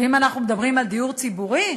ואם אנחנו מדברים על דיור ציבורי: